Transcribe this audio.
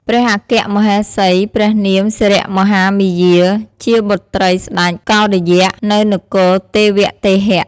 ព្រះអគ្គមហេសីព្រះនាមសិរិមហាមាយា ជាបុត្រីស្តេចកោឌយៈ នៅនគរទេវទហៈ។